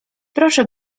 proszę